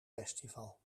festival